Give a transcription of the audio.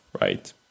right